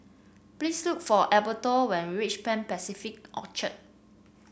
please look for Alberto when you reach Pan Pacific Orchard